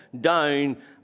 down